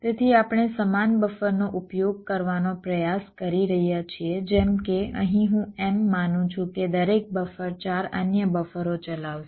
તેથી આપણે સમાન બફરનો ઉપયોગ કરવાનો પ્રયાસ કરી રહ્યા છીએ જેમ કે અહીં હું એમ માનું છું કે દરેક બફર 4 અન્ય બફરો ચલાવશે